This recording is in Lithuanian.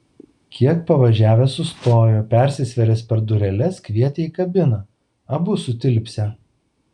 kiek pavažiavęs sustojo persisvėręs per dureles kvietė į kabiną abu sutilpsią